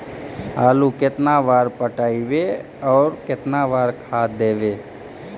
आलू केतना बार पटइबै और केतना बार खाद देबै?